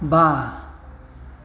बा